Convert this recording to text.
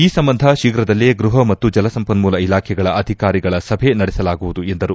ಈ ಸಂಬಂಧ ಶೀಘದಲ್ಲೇ ಗೃಹ ಮತ್ತು ಜಲಸಂಪನ್ನೂಲ ಇಲಾಖೆಗಳ ಅಧಿಕಾರಿಗಳ ಸಭೆ ನಡೆಸಲಾಗುವುದು ಎಂದರು